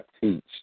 teach